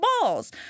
balls